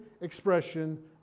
expression